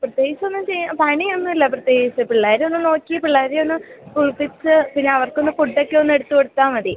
പ്രത്യേകിച്ചൊന്നും പണിയൊന്നും ഇല്ല പ്രത്യേകിച്ച് പിള്ളേരെ ഒന്നു നോക്കി പിള്ളേരെ ഒന്ന് കുളിപ്പിച്ച് പിന്നെ അവർക്കൊന്ന് ഫുഡ്ഡൊക്കെ ഒന്നെടുത്തു കൊടുത്താൽ മതി